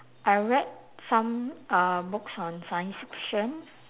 I read some uh books on science fiction